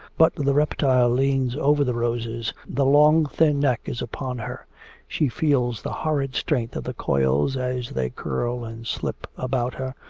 but the reptile leans over the roses. the long, thin neck is upon her she feels the horrid strength of the coils as they curl and slip about her,